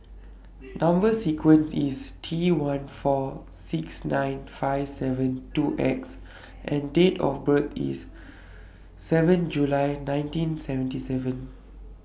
Number sequence IS T one four six nine five seven two X and Date of birth IS seven July nineteen seventy seven